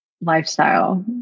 lifestyle